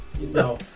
No